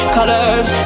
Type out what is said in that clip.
colors